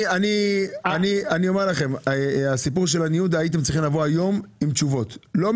אני אומר לכם: הייתם צריכים לבוא היום עם תשובות לגבי הסיפור של הניוד.